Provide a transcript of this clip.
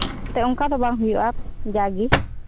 ᱮᱱᱛᱮᱫ ᱚᱱᱠᱟ ᱫᱚ ᱵᱟᱝ ᱦᱩᱭᱩᱜᱼᱟ ᱡᱟᱜᱮ